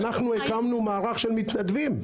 אנחנו הקמנו מערך של מתנדבים.